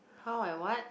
how I what